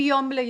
מיום לידתי.